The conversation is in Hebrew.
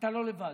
אתה לא לבד.